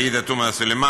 עאידה תומא סלימאן,